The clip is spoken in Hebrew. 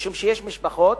משום שיש משפחות